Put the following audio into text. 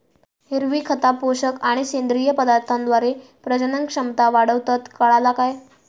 हिरवी खता, पोषक आणि सेंद्रिय पदार्थांद्वारे प्रजनन क्षमता वाढवतत, काळाला काय?